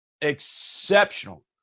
exceptional